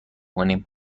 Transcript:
کنیم